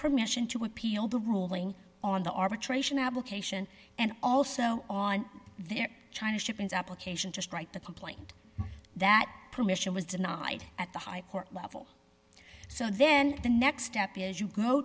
permission to appeal the ruling on the arbitration application and also on their china shipman's application just write the complaint that permission was denied at the high court level so then the next step is you go